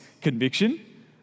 conviction